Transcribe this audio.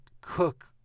cook